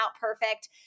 perfect